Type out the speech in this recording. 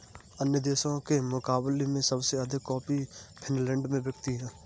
अन्य देशों के मुकाबले में सबसे अधिक कॉफी फिनलैंड में बिकती है